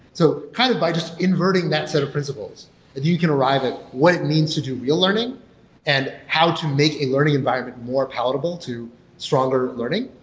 so kind of by just inverting that set of principles that you can arrive at what it means to do real learning and how to make a learning environment more palatable to stronger learning.